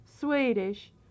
Swedish